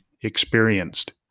experienced